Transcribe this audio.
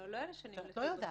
את לא יודעת.